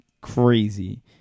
crazy